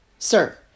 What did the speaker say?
Sir